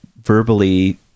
verbally